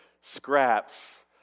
scraps